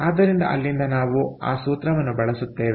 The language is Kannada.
ಆದ್ದರಿಂದ ಅಲ್ಲಿಂದ ನಾವು ಆ ಸೂತ್ರವನ್ನು ಬಳಸುತ್ತೇವೆ